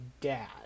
dad